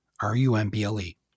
R-U-M-B-L-E